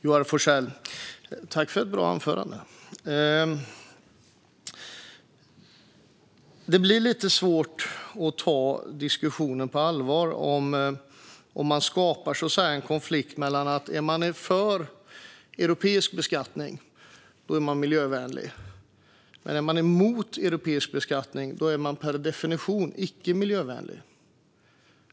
Herr talman! Tack för ett bra anförande, Joar Forssell! Det blir lite svårt att ta diskussionen på allvar om man så att säga skapar en konflikt där den som är för europeisk beskattning är miljövänlig och den som är emot europeisk beskattning per definition är icke miljövänlig.